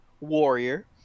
warrior